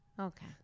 okay